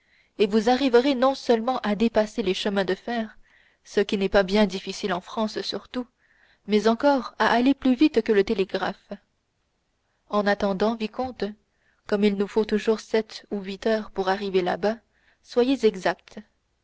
et vous arriverez non seulement à dépasser les chemins de fer ce qui n'est pas bien difficile en france surtout mais encore à aller plus vite que le télégraphe en attendant vicomte comme il nous faut toujours sept ou huit heures pour arriver là-bas soyez exact